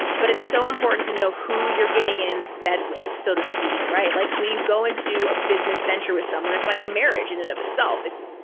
but it's so important to know who you're getting in bed with, so to speak, right? like when you go into a business venture with someone, it's like a marriage in and of itself, it's,